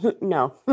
No